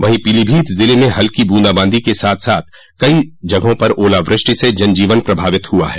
वहीं पीलीभीत जिले में हल्की बूंदाबांदी के साथ साथ कई जगहों पर ओलावृष्टि से जनजीवन प्रभावित हुआ है